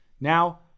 Now